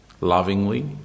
lovingly